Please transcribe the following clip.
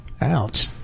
ouch